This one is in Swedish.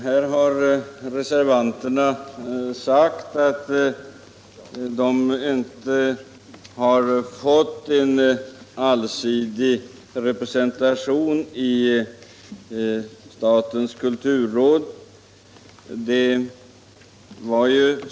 Herr talman! Reservanterna har sagt att det inte blivit en allsidig representation i statens kulturråd.